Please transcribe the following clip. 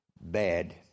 bad